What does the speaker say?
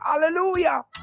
Hallelujah